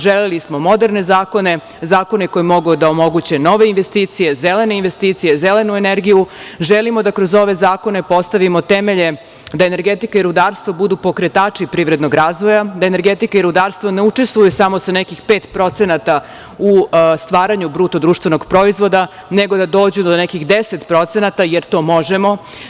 Želeli smo moderne zakone, zakone koji mogu da omoguće nove investicije, zelene investicije, zelenu energiju, želimo da kroz ove zakone postavimo temelje da energetika i rudarstvo budu pokretači privrednog razvoja, da energetika i rudarstvo ne učestvuju samo sa neki 5% u stvaranju BDP, nego da dođu do nekih 10% jer to možemo.